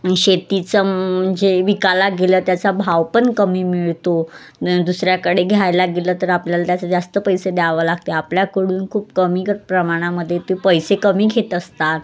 शेतीचं म्हणजे विकायला गेलं त्याचा भाव पण कमी मिळतो दुसऱ्याकडे घ्यायला गेलं तर आपल्याला त्याचं जास्त पैसे द्यावे लागते आपल्याकडून खूप कमी कर प्रमाणामध्ये ते पैसे कमी घेत असतात